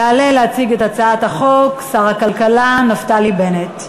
יעלה להציג את הצעת החוק שר הכלכלה נפתלי בנט.